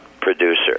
producer